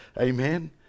Amen